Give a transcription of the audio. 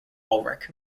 ulrich